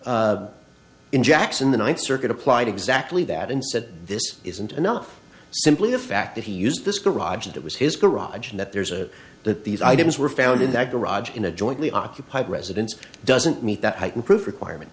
residence in jackson the ninth circuit applied exactly that and said this isn't enough simply the fact that he used this garage and it was his garage and that there's a that these items were found in that garage in a jointly occupied residence doesn't meet that heightened proof requirement